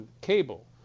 cable